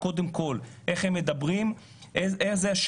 כ"ו בחשוון